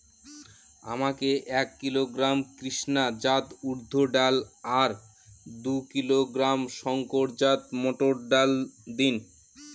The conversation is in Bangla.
আমাকে এক কিলোগ্রাম কৃষ্ণা জাত উর্দ ডাল আর দু কিলোগ্রাম শঙ্কর জাত মোটর দিন?